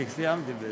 אני סיימתי.